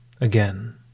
Again